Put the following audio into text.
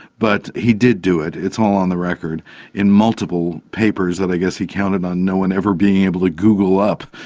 but he did do it, it's all on the record in multiple papers that i guess he counted on no one ever being able to google up.